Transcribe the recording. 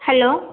hello